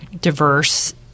diverse